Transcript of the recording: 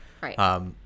Right